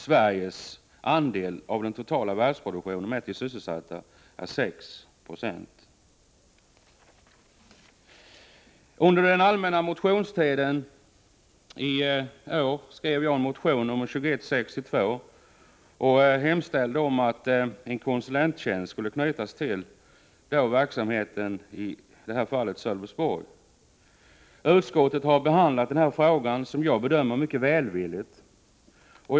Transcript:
Sveriges andel av den totala produktionen är 6 96. Under den allmänna motionstiden i år väckte jag en motion, nr 2162, vari jag hemställde att en konsulenttjänst skulle knytas till denna verksamhet i Sölvesborg. Utskottet har behandlat denna fråga på ett, som jag bedömer det, mycket välvilligt sätt.